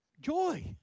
Joy